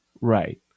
Right